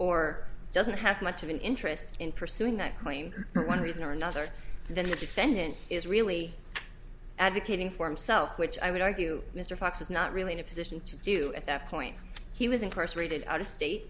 or doesn't have much of an interest in pursuing that claim one reason or another then the defendant is really advocating for himself which i would argue mr fox is not really in a position to do at that point he was incarcerated out of state